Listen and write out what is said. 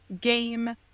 game